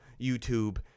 YouTube